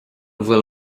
bhfuil